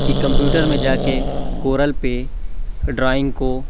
کہ کمپیوٹر میں جا کے کورل پہ ڈرائنگ کو